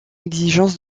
exigence